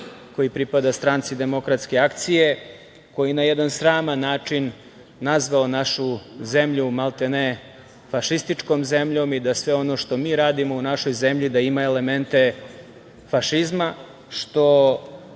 koji pripada Stranci demokratske akcije, koji je na jedan sraman način nazvao našu zemlju maltene fašističkom zemljom i da sve ono što mi radimo u našoj zemlji da ima elemente fašizma, što